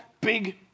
big